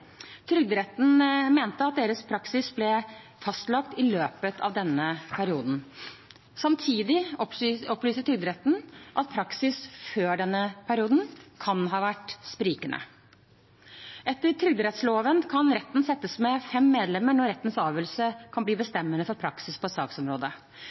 Trygderetten mener at deres praksis ble fastlagt i løpet av denne perioden. Samtidig opplyser Trygderetten at praksis før denne perioden kan ha vært sprikende. Etter trygderettsloven kan retten settes med fem medlemmer når rettens avgjørelse kan bli